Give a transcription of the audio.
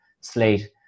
slate